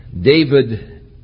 David